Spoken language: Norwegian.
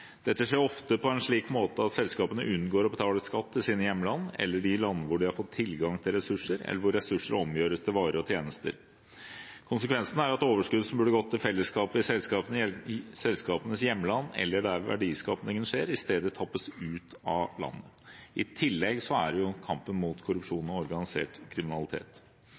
Dette skjer ofte på en slik måte at selskapene unngår å betale skatt til sine hjemland eller til de landene hvor de har fått tilgang til ressurser, eller hvor ressurser omgjøres til varer og tjenester. Konsekvensene er at overskudd som burde gått til fellesskapet i selskapenes hjemland, eller der verdiskapningen skjer, i stedet tappes ut av landet. I tillegg er det kampen mot korrupsjon og organisert kriminalitet.